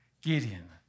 Gideon